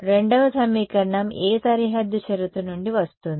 రెండవ సమీకరణం ఏ సరిహద్దు షరతు నుండి వస్తుంది